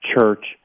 church